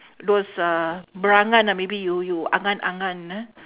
those uh berangan ah maybe you you angan angan ah